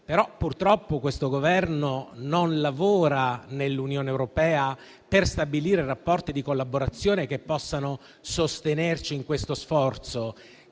Purtroppo, però, il Governo non lavora nell'Unione europea per stabilire rapporti di collaborazione che possano sostenerci in questo sforzo;